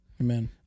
Amen